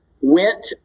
went